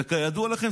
כידוע לכם,